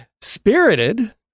Spirited